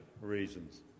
reasons